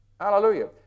Hallelujah